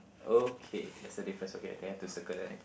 okay that's the difference okay then I have to circle that